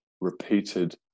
repeated